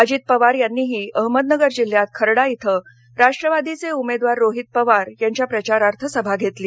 अजित पवार यांनीही अहमदनगर जिल्ह्यात खर्डा इथ राष्ट्रवादीचे उमेदवार रोहित पवार यांच्या प्रचारार्थ सभा घेतली